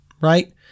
Right